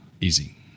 easy